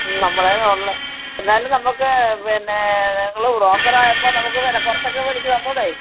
മ്മ് നമ്മളുടെ എന്തായാലും നമുക്ക് പിന്നേ നിങ്ങള് ബ്രോക്കറായപ്പോൾ നമുക്ക് വില കുറച്ചൊക്കെ മേടിച്ച് തന്നു കൂടെ